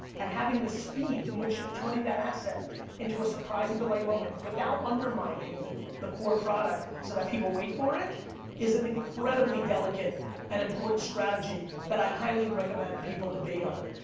and having the speed in which turning that asset into a surprise and delight moment without undermining the core product, so that people wait for it is an incredibly delicate and important strategy that i highly recommend people debate on.